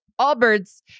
Allbirds